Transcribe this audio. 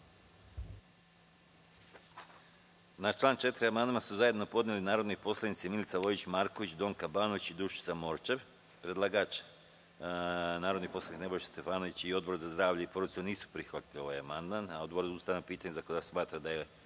Na član 4. amandman su zajedno podneli narodni poslanici Milica Vojić Marković, Donka Banović i Dušica Morčev. Predlagač, narodni poslanik Nebojša Stefanović i Odbor za zdravlje i porodicu nisu prihvatili ovaj amandman. Odbor za ustavna pitanja i zakonodavstvo smatra da je